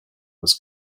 was